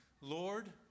Lord